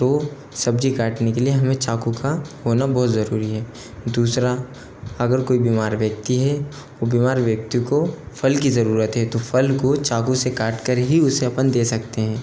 तो सब्जी काटने के लिए हमें चाकू का होना बहुत जरूरी है दूसरा अगर कोई बीमार व्यक्ति है वो बीमार व्यक्ति को फ़ल की जरूरत है तो फ़ल को चाकू से कटकर ही उसे अपन दे सकते हैं